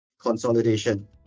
consolidation